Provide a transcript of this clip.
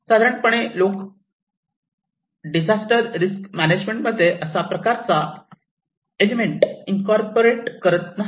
साधारण पणे लोक डिझास्टर रिस्क मॅनेजमेंट मध्ये अशाप्रकारचा एलिमेंट इंनकॉर्पोरेट करत नाही